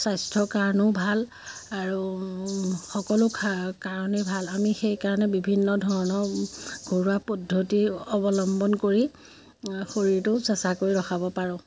স্বাস্থ্যৰ কাৰণেও ভাল আৰু সকলো খা কাৰণেই ভাল আমি সেইকাৰণে বিভিন্ন ধৰণৰ ঘৰুৱা পদ্ধতি অৱলম্বন কৰি শৰীৰটো চেঁচা কৰি ৰখাব পাৰোঁ